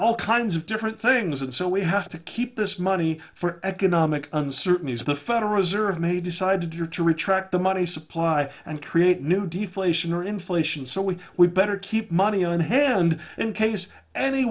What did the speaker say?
all kinds of different things and so we have to keep this money for economic uncertainties the federal reserve may decide to do to retract the money supply and create new deflation or inflation so we we'd better keep money on hand in case any